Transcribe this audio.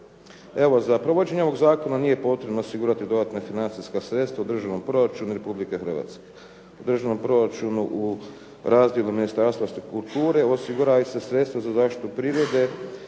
Evo, za provođenje ovog zakona nije potrebno osigurati dodatna financijska sredstva u državnom Republike Hrvatske. U državnom proračunu u razdjelu Ministarstva kulture osiguravaju se sredstva za zaštitu prirode